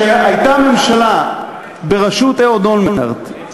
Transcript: כשהייתה הממשלה בראשות אהוד אולמרט,